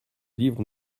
livre